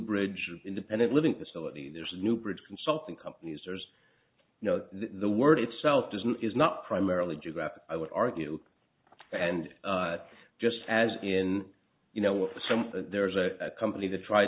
bridge independent living facility there's a new bridge consulting companies there's you know the word itself doesn't is not primarily geographic i would argue and just as in you know with some there's a company t